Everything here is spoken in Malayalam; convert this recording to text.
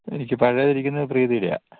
എനിക്ക് പഴയത് ഇരിക്കുന്നത് പ്രീതിയുടേതാണ്